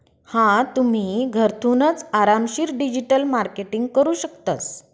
हा तुम्ही, घरथूनच आरामशीर डिजिटल मार्केटिंग करू शकतस